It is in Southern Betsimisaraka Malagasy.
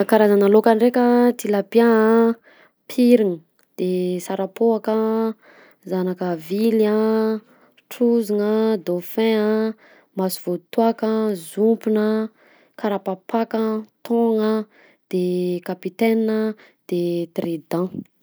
Karazana laoka ndreka tilapia a, pirina a, de sarapoaka a, zanaka vily a, trozona a, dauphin a, masovoantoaka a, zopona, karapapaka, thon-gna a, de capitaine a de trident.